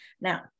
Now